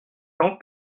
tant